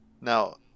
Now